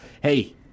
hey